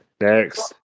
Next